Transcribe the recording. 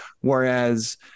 Whereas